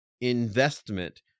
investment